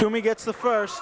to me gets the first